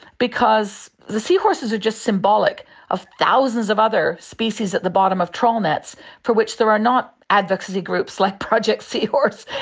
because the seahorses are just symbolic of thousands of other species at the bottom of trawl nets for which there are not advocacy groups like project seahorse,